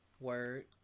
Word